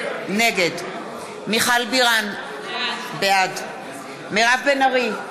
נגד מיכל בירן, בעד מירב בן ארי,